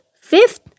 Fifth